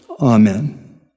amen